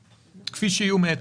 כפי שיהיו מעת לעת.